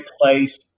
place